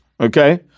okay